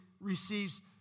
receives